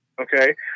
okay